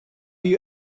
you